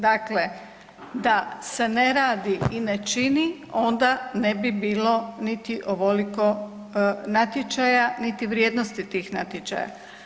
Dakle, da se ne radi i ne čini onda ne bi bilo niti ovoliko natječaja, niti vrijednosti tih natječaja.